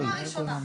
--- קריאה ראשונה.